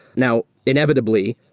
now, inevitably,